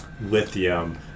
lithium